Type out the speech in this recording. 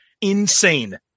Insane